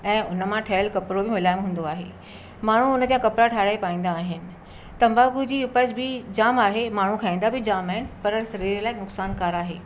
ऐं उन मां ठहियलु कपिड़ो बि मिलियो हूंदो आहे माण्हू हुनजा कपिड़ा ठाहिराए पाईंदा आहिनि तम्बाकू जी उपज बि जाम आहे माण्हू खाईंदा बि जाम आहिनि पर शरीर लाइ नुक़सानकारु आहे